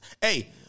Hey